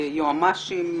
יועצים משפטיים,